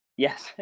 Yes